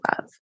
love